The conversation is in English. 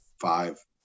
five